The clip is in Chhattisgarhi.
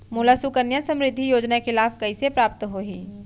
मोला सुकन्या समृद्धि योजना के लाभ कइसे प्राप्त होही?